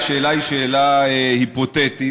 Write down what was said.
השאלה היא שאלה היפותטית,